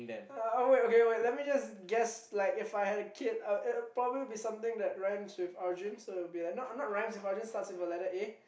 oh wait okay wait let me just guess like If I had a kid uh it I probably be something that rhymes with argent so it will be like I mean not rhymes with Arjun starts with a letter A